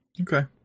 Okay